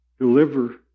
deliver